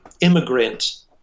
immigrant